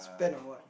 spend on what